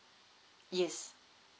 yes